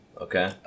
okay